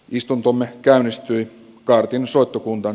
istuntomme käynnistyi kaartin soittokuntaan